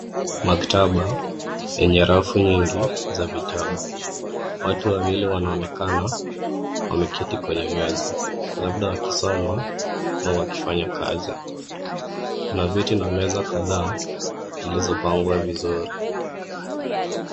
Maktaba yenye rafu nyingi za vitabu. Watu wawili wanaonekana wameketi kwenye meza labda wakisoma au wakifanya kazi. Kuna viti na meza kadhaa zilizopangwa vizuri.